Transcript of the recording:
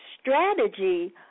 strategy